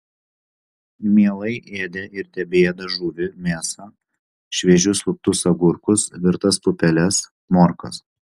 mielai ėdė ir tebeėda žuvį mėsą šviežius luptus agurkus virtas pupeles morkas